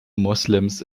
moslems